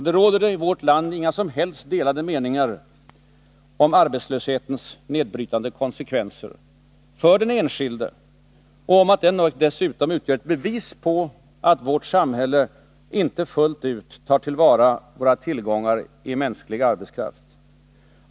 Det råder i vårt land inga som helst delade meningar om arbetslöshetens nedbrytande konsekvenser för den enskilde och om att den dessutom utgör ett bevis på att vårt samhälle inte fullt ut tar till vara våra tillgångar i mänsklig arbetskraft.